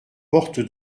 porte